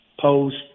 post